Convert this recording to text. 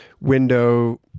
window